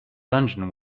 dungeon